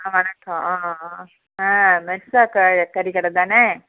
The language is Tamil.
ஆ வணக்கம் ம் ம் ஆ மெர்ஷா க கறிகடை தானே